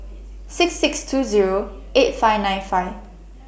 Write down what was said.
six six two Zero eight five nine five